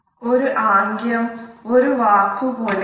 ഒരു ആംഗ്യം ഒരു വാക് പോലെയാണ്